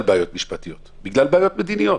בעיות משפטיות אלא בגלל בעיות מדיניות.